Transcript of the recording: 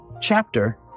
chapter